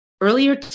earlier